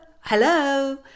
hello